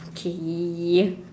okay